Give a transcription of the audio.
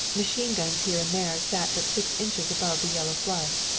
machine guns here and there sat but six inches above the yellow flood.